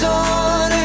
on